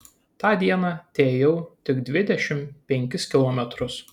tą dieną teėjau tik dvidešimt penkis kilometrus